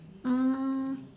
um